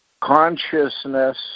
consciousness